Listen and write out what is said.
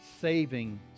saving